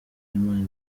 imana